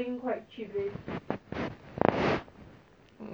then still where what she doing now